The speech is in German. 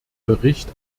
bericht